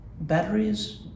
Batteries